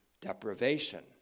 deprivation